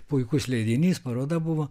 puikus leidinys paroda buvo